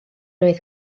oedd